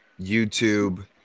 YouTube